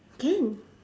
can